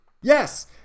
Yes